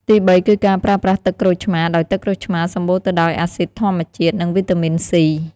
ទីបីគឺការប្រើប្រាស់ទឹកក្រូចឆ្មារ ដោយទឹកក្រូចឆ្មារសម្បូរទៅដោយអាស៊ីដធម្មជាតិ និងវីតាមីន សុី (C)។